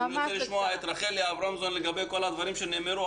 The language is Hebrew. כי אני רוצה לשמוע את רחלי אברמזון לגבי כל הדברים שנאמרו